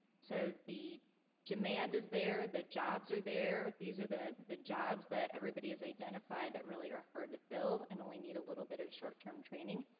so, the demand is there, the jobs are there. these are the the jobs that everybody has identified that really are hard to fill, and only need a little bit of short-term training.